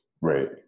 Right